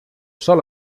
sol